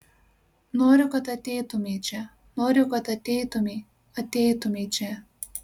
noriu kad ateitumei čia noriu kad ateitumei ateitumei čia